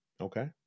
Okay